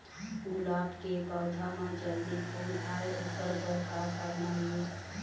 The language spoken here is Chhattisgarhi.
गुलाब के पौधा म जल्दी फूल आय ओकर बर का करना ये?